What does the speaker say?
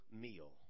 meal